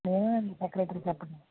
నేనే అండి సెక్రటరీ చెప్పండి